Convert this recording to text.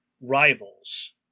rivals